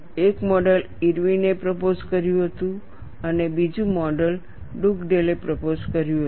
એક મૉડલ ઇરવિને પ્રપોઝ કર્યું હતું અને બીજું મૉડલ ડુગડેલે પ્રપોઝ કર્યું હતું